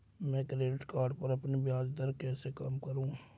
मैं credit card पर अपनी ब्याज दरें कैसे कम करूँ?